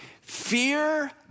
Fear